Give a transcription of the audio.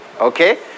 Okay